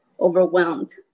Overwhelmed